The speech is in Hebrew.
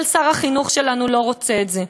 אבל שר החינוך שלנו לא רוצה את זה.